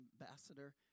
ambassador